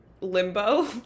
limbo